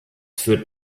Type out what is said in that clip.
führt